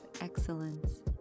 excellence